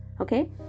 okay